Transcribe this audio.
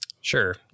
Sure